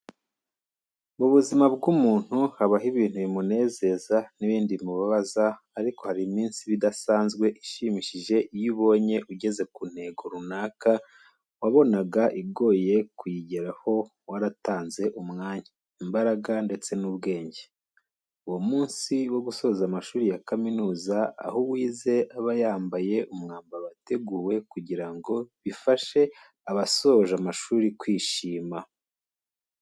Mu buzima bw'umuntu habamo ibintu bimunezeza n'ibindi bimubabaza ariko hari iminsi iba idasanzwe ishimishije iyo ubonye ugeze ku ntego runaka wabonaga igoye kuyigeraho waratanze umwanya, imbaraga ndetse n'ubwenge. Umunsi wo gusoza amashuri ya kaminuza aho uwize aba yambaye umwambaro wateguwe kugira ngo bifashe abasoje amashuri kwishima.